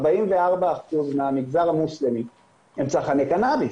44% מהמגזר המוסלמי הם צרכני קנאביס,